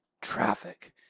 traffic